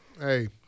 Hey